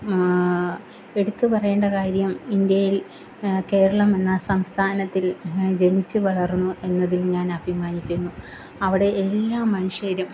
എടുത്തുപറയേണ്ട കാര്യം ഇന്ത്യയില് കേരളമെന്ന സംസ്ഥാനത്തില് ഞാന് ജനിച്ചുവളര്ന്നു എന്നതില് ഞാന് അഭിമാനിക്കുന്നു അവിടെ എല്ലാ മനുഷ്യരും